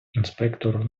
інспектор